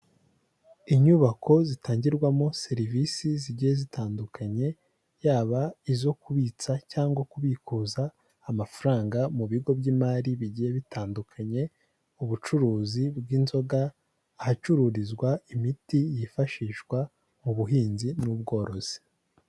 Inyubako zitangirwamo serivisi zigiye zitandukanye, yaba izo kubitsa cyangwa kubikuza amafaranga mu bigo by'imari bigiye bitandukanye, ubucuruzi bw'inzoga, ahacururizwa imiti yifashishwa mu buhinzi n'ubworozi.